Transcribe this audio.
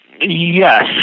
yes